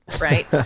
right